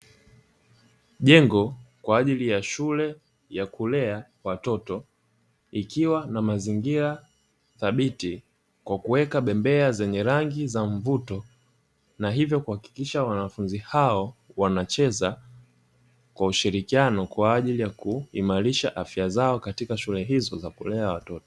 Jengo kwa ajili ya shughuli ya shule ya kulea watoto ikiwa na mazingira thabiti kwa kuweka bembea zenye rangi ya mvuto na hivyo kuhakikisha wanafunzi hawo wanacheza kwa ushirikiano kwa ajili ya kuimarisha afya zao katika shule hizo za kulelea watoto.